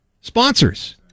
sponsors